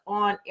on